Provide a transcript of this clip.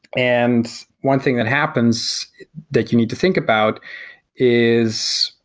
and one thing that happens that you need to think about is,